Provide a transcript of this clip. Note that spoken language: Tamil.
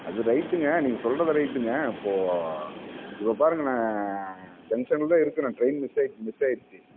அது ரைட்டுங்க நீங்கள் சொல்கிறது ரைட்டுங்க இப்போது இப்போது பாருங்களேன் ஜங்ஷன்ல இருக்கிறேன் ட்ரைன் மிஸ் ஆகிட்டு மிஸ் ஆகிடுச்சு